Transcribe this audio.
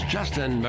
Justin